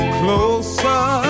closer